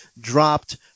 dropped